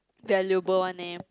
valuable one eh